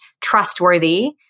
trustworthy